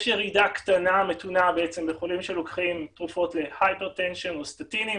יש ירידה קטנה בחולים שלוקחים תרופות להייפר טנשן או סטטינים